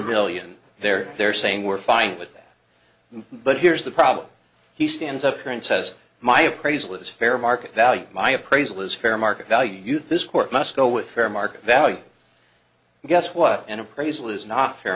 million there they're saying we're fine with that but here's the problem he stands up here and says my appraisal is fair market value my appraisal is fair market value this court must go with fair market value guess what an appraisal is not fair